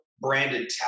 branded